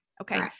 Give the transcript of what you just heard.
Okay